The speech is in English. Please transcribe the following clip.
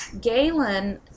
Galen